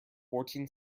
fourteen